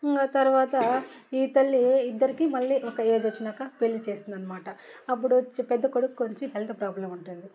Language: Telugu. ఇంకా తరువాత ఈ తల్లి ఇద్దరకి మళ్ళీ ఒక ఏజ్ వచ్చాక పెళ్ళి చేస్తుంది అన్నమాట అప్పుడు వచ్చి పెద్ద కొడుకుకు వచ్చి హెల్త్ ప్రాబ్లం ఉంటుంది